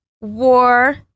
war